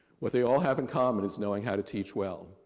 what they all have in common is knowing how to teach well.